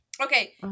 Okay